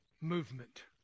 Movement